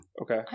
Okay